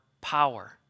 power